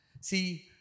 See